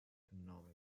economic